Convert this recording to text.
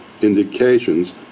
indications